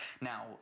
Now